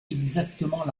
exactement